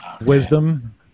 wisdom